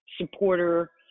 supporter